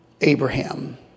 Abraham